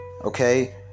Okay